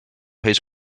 his